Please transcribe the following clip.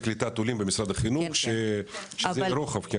יש אגף לקליטת עולים במשרד החינוך שזה רוחב.